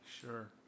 Sure